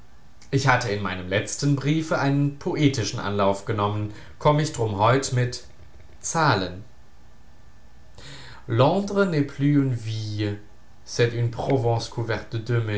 ich hatte in meinem letzten briefe einen poetischen anlauf genommen komm ich drum heut mit zahlen